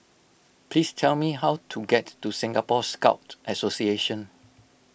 please tell me how to get to Singapore Scout Association